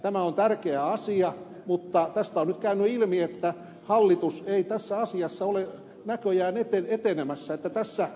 tämä on tärkeä asia mutta tästä on nyt käynyt ilmi että hallitus ei tässä asiassa ole näköjään etenemässä että tässä